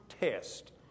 test